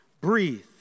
breathe